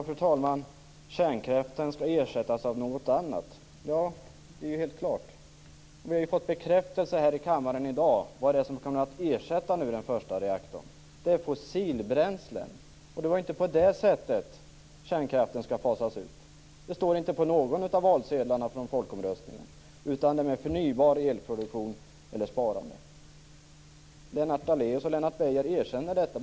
Fru talman! Kärnkraften skall ersättas av något annat. Det är helt klart. Vi har fått bekräftelse i kammaren i dag vad som kommer att ersätta den första reaktorn, nämligen fossilbränseln. Det är inte på det sättet kärnkraften skall fasas ut. Det står inte på någon av valsedlarna från folkomröstningen. Det skall vara förnybar elproduktion eller sparande. Lennart Daléus och Lennart Beijer erkänner detta.